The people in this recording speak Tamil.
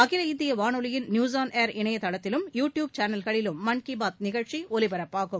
அகில ந்தியவானொலியின் நியூஸ்ஆன்ஏர் இணையதளத்திலும் யு டியூப் சேனல்களிலும் மன் கிபாத் நிஷழ்ச்சிஒலிபரப்பாகும்